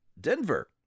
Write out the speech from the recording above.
Denver